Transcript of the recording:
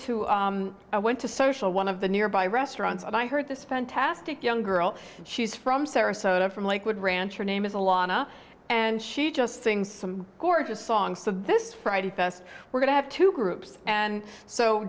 to i went to social one of the nearby restaurants and i heard this fantastic young girl she's from sarasota from lakewood ranch her name is a lotta and she just sings some gorgeous song so this friday fest we're going to have two groups and so